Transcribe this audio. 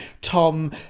tom